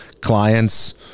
clients